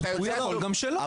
לא,